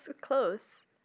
close